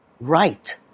right